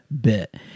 bit